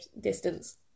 distance